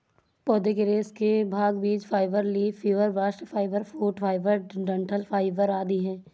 पौधे के रेशे के भाग बीज fibre, leaf fibre, bast fibre, fruit fibre, डंठल फाइबर आदि है